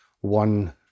One